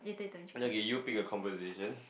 okay okay you pick a conversation